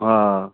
हा